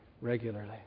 regularly